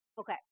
Okay